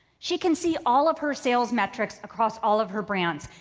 she can see all of her sales metrics across all of her brands.